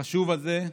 החשוב הזה,